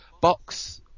box